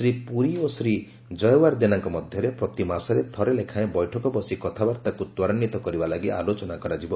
ଶ୍ରୀ ପୁରୀ ଓ ଶ୍ରୀ କୟୱାର୍ଦେନାଙ୍କ ମଧ୍ୟରେ ପ୍ରତିମାସରେ ଥରେ ଲେଖାଏଁ ବୈଠକ ବସି କଥାବାର୍ତ୍ତାକୁ ତ୍ୱରାନ୍ୱିତ କରିବା ଲାଗି ଆଲୋଚନା କରାଯିବ